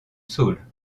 saules